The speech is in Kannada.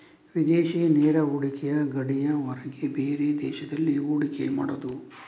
ವಿದೇಶಿ ನೇರ ಹೂಡಿಕೆ ಗಡಿಯ ಹೊರಗೆ ಬೇರೆ ದೇಶದಲ್ಲಿ ಹೂಡಿಕೆ ಮಾಡುದು